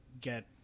get